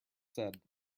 said